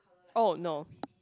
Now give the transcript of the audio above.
oh no